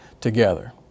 together